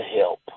help